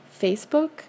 Facebook